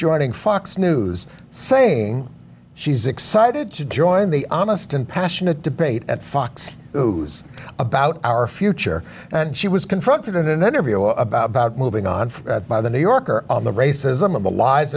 joining fox news saying she's excited to join the honest and passionate debate at fox who's about our future and she was confronted in an interview about about moving on by the new yorker on the racism of the lies